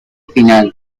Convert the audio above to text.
final